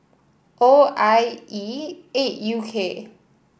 O I E eight U K